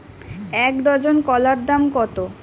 এক ডজন কলার দাম কত?